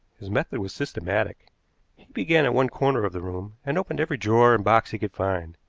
his method was systematic. he began at one corner of the room, and opened every drawer and box he could find.